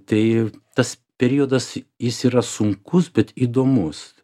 tai tas periodas jis yra sunkus bet įdomus